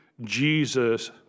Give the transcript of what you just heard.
Jesus